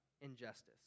injustice